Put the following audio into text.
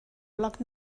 bloc